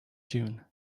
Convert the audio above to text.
june